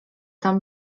tam